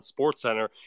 SportsCenter